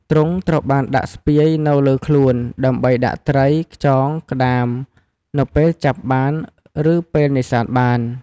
ទ្រុងត្រូវបានដាក់ស្ពាយនៅលើខ្លួន ដើម្បីដាក់ត្រី ខ្យង ក្តាម នៅពេលចាប់បានឬពេលនេសាទបាន។